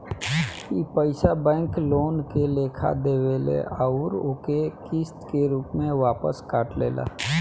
ई पइसा bank loan के लेखा देवेल अउर ओके किस्त के रूप में वापस काट लेला